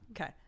okay